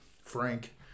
Frank